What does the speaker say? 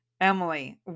Emily